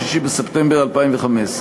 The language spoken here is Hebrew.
6 בספטמבר 2015,